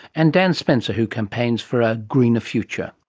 and dan spencer who campaigns for a greener future.